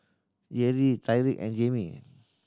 Jerrie Tyriq and Jaimee